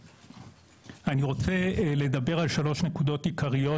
אני רוצה לדבר על שלוש נקודות עיקריות